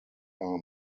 are